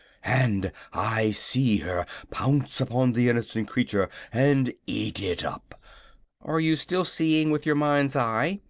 and i see her pounce upon the innocent creature and eat it up are you still seeing with your mind's eye?